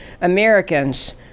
Americans